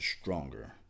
stronger